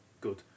good